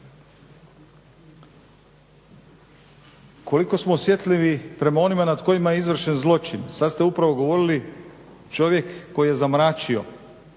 Koliko smo osjetljivi prema onima nad kojima je izvršen zločin? Sad ste upravo govorili, čovjek koji je zamračio,